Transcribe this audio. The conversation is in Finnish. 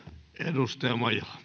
arvoisa